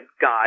God